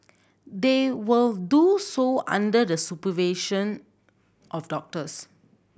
they will do so under the supervision of doctors